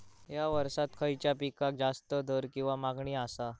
हया वर्सात खइच्या पिकाक जास्त दर किंवा मागणी आसा?